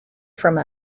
from